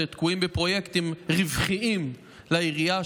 שתקועות בפרויקטים רווחיים לעירייה,